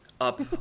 up